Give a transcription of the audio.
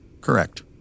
Correct